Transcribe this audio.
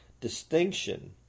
distinction